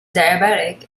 diabetic